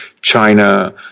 China